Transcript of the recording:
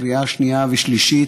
בקריאה שנייה ושלישית,